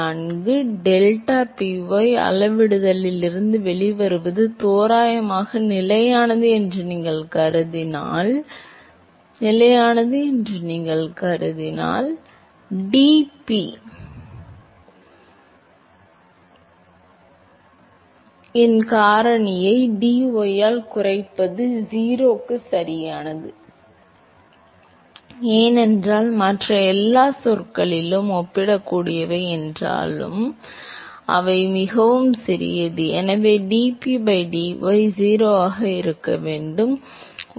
மாணவர் இல்லை delta Py அளவிடுதலில் இருந்து வெளிவருவது தோராயமாக நிலையானது என்று நீங்கள் கருதினால் dP இன் காரணியை dy ஆல் குறைப்பது 0 சரியானது ஏனென்றால் மற்ற எல்லா சொற்களும் ஒப்பிடக்கூடியவை என்றாலும் ஆனால் அவை மிகவும் சிறியது எனவே dP by dy 0 ஆக இருக்க வேண்டும்